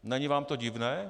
Není vám to divné?